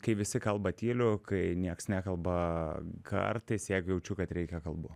kai visi kalba tyliu kai nieks nekalba kartais jeigu jaučiu kad reikia kalbu